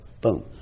Boom